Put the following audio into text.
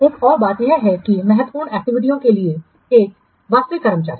एक और बात यह है कि महत्वपूर्ण एक्टिविटीयों के लिए एक वास्तविक कर्मचारी